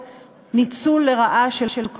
חבר הכנסת טיבי,